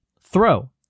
throw